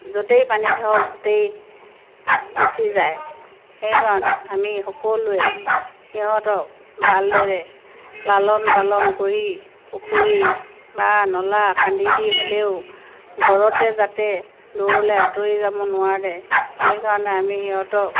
য'তেই পানী থাকক গোটেই গুচি যায় সেইকাৰণে আমি সকলোৱে সিহঁতক ভালদৰে লালন পালন কৰি পুখুৰী বা নলা খান্দি দি হ'লেও ঘৰতে যাতে দূৰলৈ আঁতৰি যাব নোৱাৰে সেইকাৰণে আমি সিহঁতক